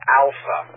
alpha